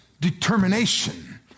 determination